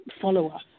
follow-up